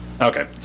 Okay